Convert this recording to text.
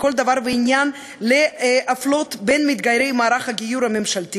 לכל דבר ועניין להפלות בין מתגיירי מערך הגיור הממשלתי